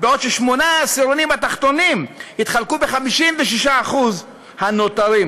בעוד ששמונה העשירונים התחתונים התחלקו ב-56% הנותרים.